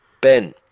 Ben